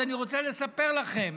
אז אני רוצה לספר לכם